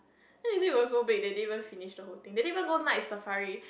then they say it was so big that they didn't even finish the whole thing they didn't even go Night-Safari